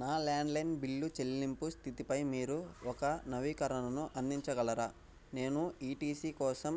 నా landline bill చెల్లింపు స్థితిపై మీరు ఒక నవీకరణను అందించగలరా నేను ఈటిసీ కోసం